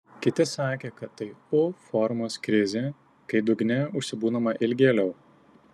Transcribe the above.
kiti sakė kad tai u formos krizė kai dugne užsibūnama ilgėliau